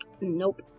Nope